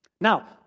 Now